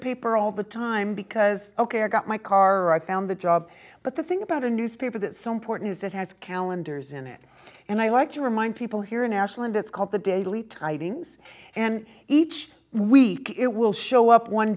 paper all the time because ok i got my car i found the job but the thing about a newspaper that so important is it has calendars in it and i like to remind people here in ashland it's called the daily tidings and each week it will show up one